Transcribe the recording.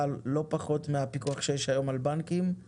לא פחות מהפיקוח שיש היום על בנקים כי